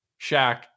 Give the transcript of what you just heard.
Shaq